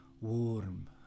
warm